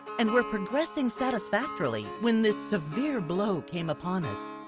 and were progressing satisfactorily when this severe blow came upon us.